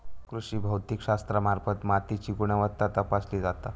कृषी भौतिकशास्त्रामार्फत मातीची गुणवत्ता तपासली जाता